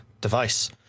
device